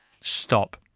stop